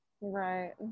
Right